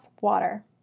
water